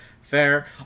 Fair